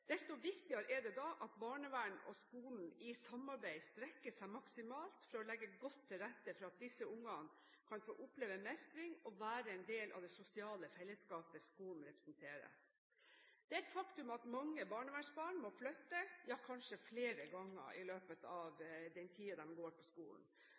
Desto viktigere er det da at barnevern og skole sammen strekker seg maksimalt for å legge godt til rette for at disse ungene kan få oppleve mestring og det å være en del av det sosiale fellesskapet som skolen representerer. Det er et faktum at mange barnevernsbarn må flytte, ja kanskje flere ganger i løpet av den tiden de går på skolen.